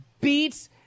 beats